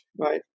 right